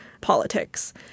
politics